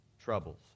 troubles